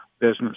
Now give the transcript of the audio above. business